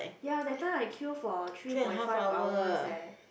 ya that time I queue for three point five hours eh